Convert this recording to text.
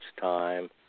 time